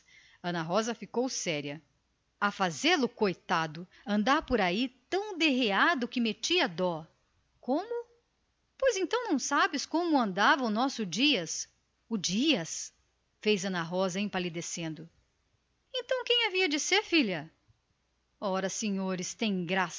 rosa ficou séria o pai acrescentou a fazê-lo coitado andar por aí tão derreado que até metia dó como pois então não sabes como andava o nosso dias o dias interrogou ana rosa empalidecendo e fez-se muda a cismar só despertou com estas palavras ora senhores tem graça